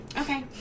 Okay